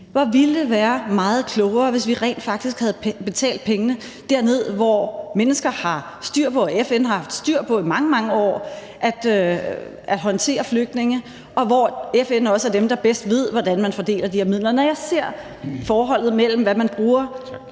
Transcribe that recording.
Hvor ville det have været meget klogere, hvis vi rent faktisk havde betalt pengene til de steder, hvor FN i mange, mange år har haft styr på at håndtere flygtninge, og hvor FN også er dem, der bedst ved, hvordan man fordeler de her midler. Når jeg ser forholdet mellem, hvad vi bruger